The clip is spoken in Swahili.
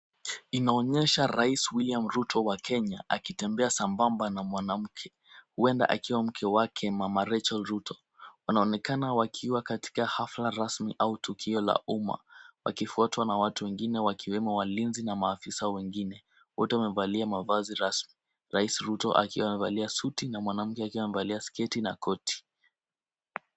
Inaonyesha rais William Ruto wa Kenya akitembea sambamba na mwanamke, huenda akiwa mke wake mama Rachel Ruto. Wanaonekana wakiwa katika hafla rasmi au tukio la umma, wakifuatiwa na watu wengine wakiwemo afisa wa ulinzi na watu wengine. Wote wamevalia mavazi rasmi. Rais Ruto akiwa amevalia suti na mwanamke akiwa amevalia sketi na koti.